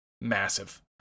massive